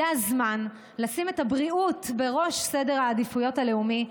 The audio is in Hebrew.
זה הזמן לשים את הבריאות בראש סדר העדיפויות הלאומי.